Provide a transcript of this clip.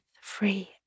free